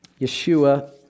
Yeshua